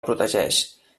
protegeix